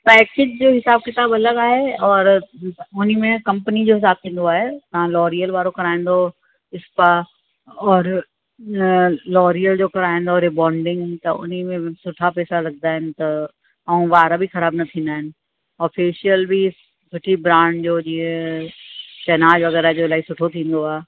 तव्हां स्किन जो हिसाबु किताबु अलॻि आहे और हुन में कंपनी जो थींदो आहे तव्हां लॉरीयल वारो कराईंदव स्पा और लॉरियल जो कराईंदव रिबॉंडिंग त उन में सुठा पैसा लॻंदा आहिनि त ऐं वार बि ख़राबु न थींदा आहिनि और फ़ैशियल बि सुठी ब्रांड जो जीअं शहनाज़ वग़ैरह जो इलाही सुठो थींदो आहे